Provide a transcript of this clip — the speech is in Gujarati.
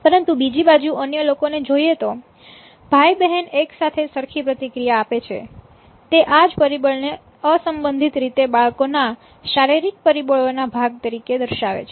પરંતુ બીજી બાજુ અન્ય લોકોને જોઈએ તો ભાઈ બહેન એક સાથે સરખી પ્રતિક્રિયા આપે છે તે આ જ પરિબળ ને અસંબંધિત રીતે બાળકોના શારીરિક પરિબળો ના ભાગ તરીકે દર્શાવે છે